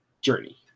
journey